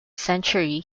century